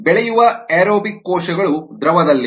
ಬೆಳೆಯುವ ಏರೋಬಿಕ್ ಕೋಶಗಳು ದ್ರವದಲ್ಲಿವೆ